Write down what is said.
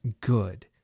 good